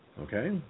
okay